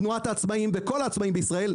תנועת העצמאים וכל העצמאים בישראל,